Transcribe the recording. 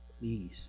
Please